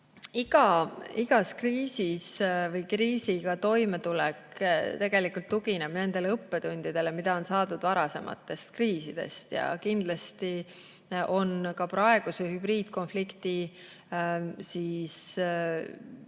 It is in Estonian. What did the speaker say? Igas kriisis või iga kriisiga toimetulek tegelikult tugineb nendele õppetundidele, mida on saadud varasemates kriisides. Ja kindlasti on ka praeguse hübriidkonflikti tegevus